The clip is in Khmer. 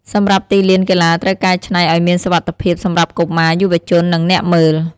សម្រាប់ទីលានកីឡាត្រូវកែច្នៃឲ្យមានសុវត្ថិភាពសម្រាប់កុមារ យុវជន និងអ្នកមើល។